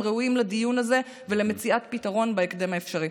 הם ראויים לדיון הזה ולמציאת פתרון בהקדם האפשרי.